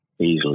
easily